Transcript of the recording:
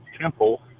Temple –